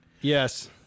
Yes